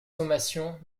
sommations